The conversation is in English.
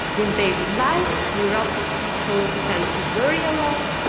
in daily life, neurotic people tend to worry a lot,